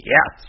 Yes